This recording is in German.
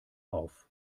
auf